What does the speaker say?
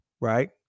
right